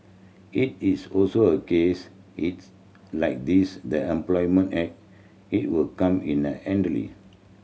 it is also a case its like these that Employment Act it will come in